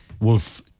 Wolf